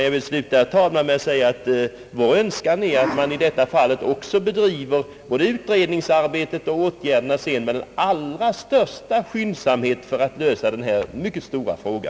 Jag vill sluta, herr talman, med att säga, att vår önskan är att man bedriver både utredningsarbetet och de senare åtgärderna även på detta område med den allra största skyndsamhet för att lösa denna mycket stora fråga.